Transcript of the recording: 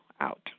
out